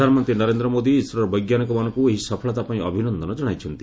ପ୍ରଧାନମନ୍ତ୍ରୀ ନରେନ୍ଦ୍ର ମୋଦି ଇସ୍ରୋର ବୈଜ୍ଞାନିକମାନଙ୍କୁ ଏହି ସଫଳତା ପାଇଁ ଅଭିନନ୍ଦନ ଜଣାଇଛନ୍ତି